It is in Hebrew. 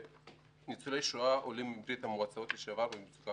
ניצולי שואה עולים מברית המועצות לשעבר במצוקה